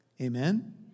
Amen